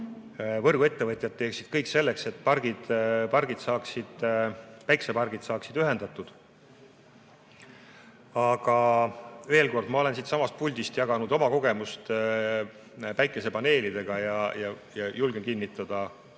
võrguettevõtjad teeksid kõik selleks, et päikesepargid saaksid ühendatud. Aga veel kord: ma olen siitsamast puldist jaganud oma kogemust päikesepaneelidega ja julgen kinnitada oma